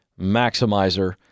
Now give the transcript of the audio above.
maximizer